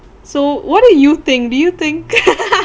so what do you think do you think